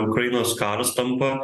ukrainos karas tampa